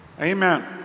Amen